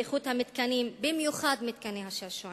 באיכות המתקנים ובמיוחד במתקני השעשועים.